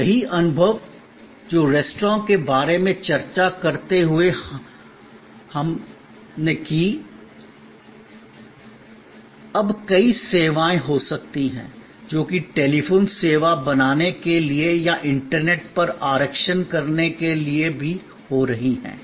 तो वही अनुभव जो संदर्भ समय 2002 रेस्तरां के बारे में चर्चा करते हुए हम थे अब कई सेवाएं हो सकती हैं जो कि टेलीफोन बनाने के लिए या इंटरनेट पर आरक्षण करने के लिए भी हो रही हैं